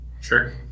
sure